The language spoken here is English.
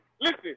listen